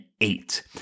eight